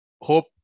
hope